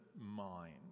mind